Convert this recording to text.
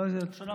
אבל זה הסיכום.